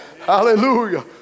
Hallelujah